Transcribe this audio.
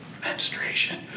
menstruation